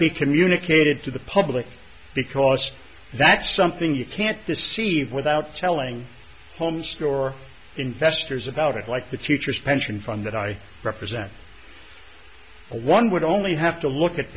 be communicated to the public because that's something you can't deceive without telling home store investors about it like the teachers pension fund that i represent a one would only have to look at